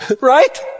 Right